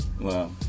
wow